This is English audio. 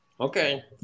Okay